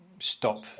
stop